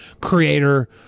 creator